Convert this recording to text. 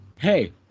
hey